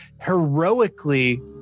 heroically